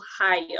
Ohio